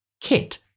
Kit